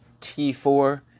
T4